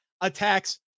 attacks